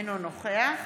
אינו נוכח